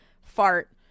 fart